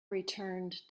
returned